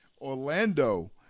Orlando